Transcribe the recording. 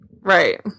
Right